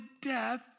death